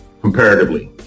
comparatively